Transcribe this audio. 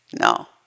no